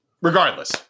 regardless